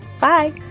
Bye